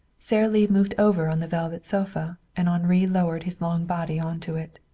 sara lee moved over on the velvet sofa, and henri lowered his long body onto it.